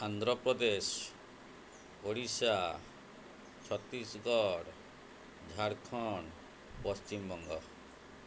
Andhra Pradesh Odisha Chhattisgarh Jharkhand Paschimbanga